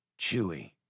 Chewy